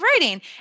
writing